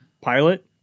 pilot